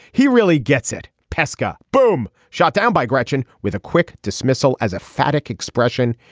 he really gets it. pesca boom shot down by gretchen with a quick dismissal as a fat chick expression.